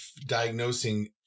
diagnosing